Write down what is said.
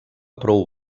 prou